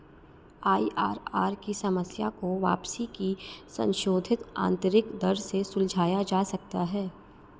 IRR की समस्या को वापसी की संशोधित आंतरिक दर से सुलझाया जा सकता है